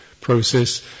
process